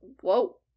whoa